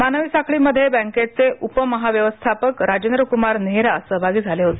मानवी साखळीमध्ये बँकेचे उपमहाव्यवस्थापक राजेंद्रक्मार नेहरा सहभागी झाले होते